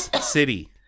City